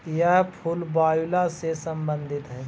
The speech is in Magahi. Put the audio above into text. यह फूल वायूला से संबंधित हई